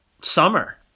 summer